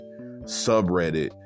subreddit